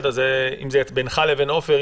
אם זה בינך לבין עופר מלכה,